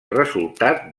resultat